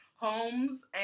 homes